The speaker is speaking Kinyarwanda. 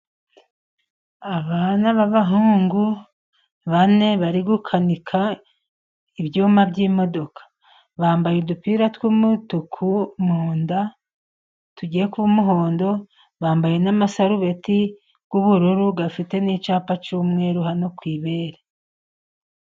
Abana b'abahungu bane bari gukanika ibyuma by'imodoka, bambaye udupira tw'umutuku mu nda tugiye kuba umuhondo ,bambaye n'amasarubeti y'ubururu afite n'icyapa cy'umweru, hano ku ibere.